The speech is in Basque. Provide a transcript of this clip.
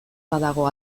badago